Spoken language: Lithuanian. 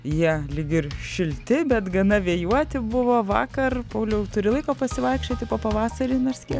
jie lyg ir šilti bet gana vėjuoti buvo vakar pauliau turi laiko pasivaikščioti po pavasarį nors kiek